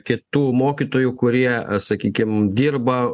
kitų mokytojų kurie sakykim dirba